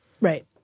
Right